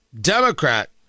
Democrat